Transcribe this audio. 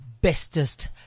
bestest